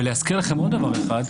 ולהזכיר לכם עוד דבר אחד,